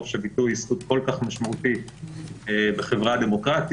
חופש הביטוי היא זכות כל כך משמעותית בחברה הדמוקרטית.